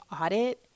audit